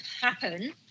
happen